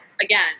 again